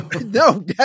No